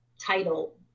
title